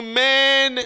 men